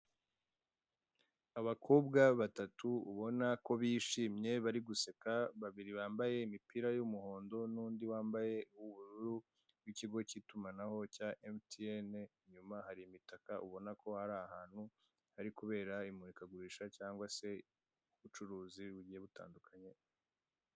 Abakobwa batatu ubona ko bishimye bari guseka, babiri bambaye imipira y'umuhondo n'undi wambaye uw'ubururu w'ikigo k'itumanaho cya emutiyene, inyuma hari imitaka ubona ko ari ahantu hari kubera imurikagurisha cyangwa se ubucuruzi bugiye butandukanye.